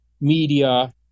media